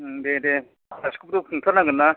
दे दे आलासिखौबो खुंथारनांगोन ना